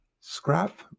scrap